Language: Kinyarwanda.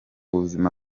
buzima